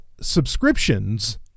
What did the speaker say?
subscriptions